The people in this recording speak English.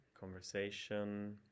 conversation